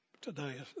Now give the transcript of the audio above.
today